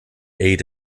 eight